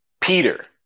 Peter